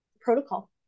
protocol